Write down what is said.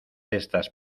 estas